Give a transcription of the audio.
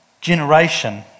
generation